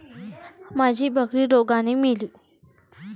माझी बकरी रोगाने मेली